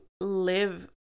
live